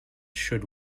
should